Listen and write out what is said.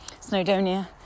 snowdonia